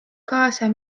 kaasa